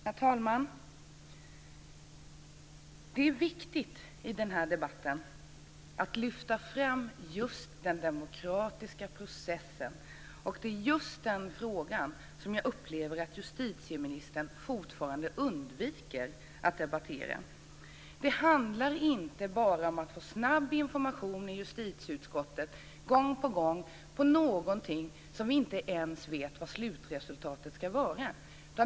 Herr talman! Det är viktigt att i den här debatten lyfta fram den demokratiska processen. Det är just den frågan som jag upplever att justitieministern fortfarande undviker att debattera. Det handlar inte bara om att gång på gång få snabb information i justitieutskottet om någonting där vi inte ens vet vad slutresultatet ska vara.